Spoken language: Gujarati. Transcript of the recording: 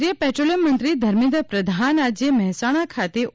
કેન્દ્રિય પેટ્રોલિયમ મંત્રી ધર્મેન્દ્ર પ્રધાન આજે મહેસાણા ખાતે ઓ